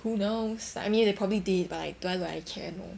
who knows I mean they probably did but like do I look like I care no